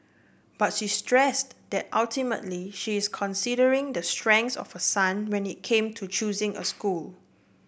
but she stressed that ultimately she is considering the strengths of her son when it came to choosing a school